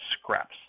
scraps